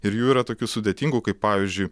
ir jų yra tokių sudėtingų kaip pavyzdžiui